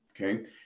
okay